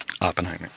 Oppenheimer